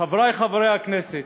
חברי חברי הכנסת,